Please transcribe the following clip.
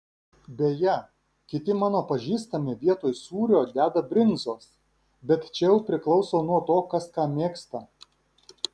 beje kiti mano pažįstami vietoj sūrio deda brinzos bet čia jau priklauso nuo to kas ką mėgsta